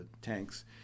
tanks